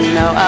no